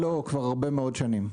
לא, כבר הרבה מאוד שנים לא,